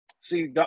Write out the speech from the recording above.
see